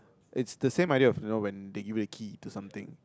it's the same idea of you know when they give you a key to something